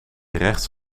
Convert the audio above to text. rechts